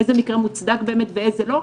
איזה מקרה מוצדק באמת ואיזה לא,